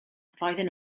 roedden